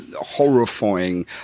horrifying